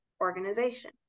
organization